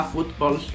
Football